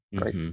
Right